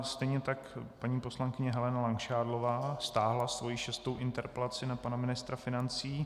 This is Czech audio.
Stejně tak paní poslankyně Helena Langšádlová stáhla svoji šestou interpelaci na pana ministra financí.